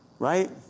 Right